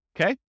Okay